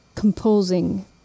composing